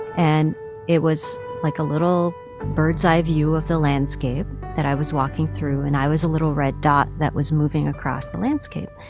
and it was like a little bird's-eye view of the landscape that i was walking through, and i was a little red dot that was moving across the landscape.